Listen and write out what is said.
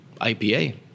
IPA